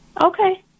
Okay